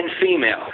female